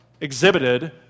exhibited